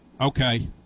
Okay